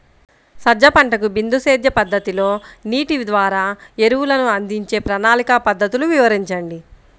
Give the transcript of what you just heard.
సజ్జ పంటకు బిందు సేద్య పద్ధతిలో నీటి ద్వారా ఎరువులను అందించే ప్రణాళిక పద్ధతులు వివరించండి?